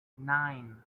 nine